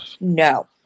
No